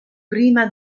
prima